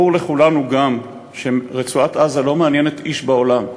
ברור לכולנו גם שרצועת-עזה לא מעניינת איש בעולם,